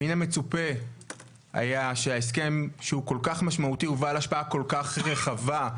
מן המצופה היה שההסכם שהוא כל כך משמעותי ובעל השפעה כל-כך רחבה,